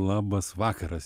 labas vakaras